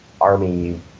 army